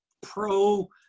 pro